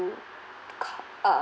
~o c~ uh